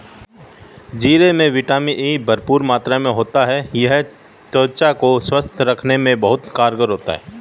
जीरे में vitamin E भरपूर मात्रा में होता है यह त्वचा को स्वस्थ रखने में बहुत कारगर होता है